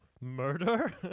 murder